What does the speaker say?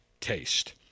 taste